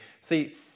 See